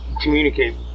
communicate